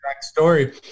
story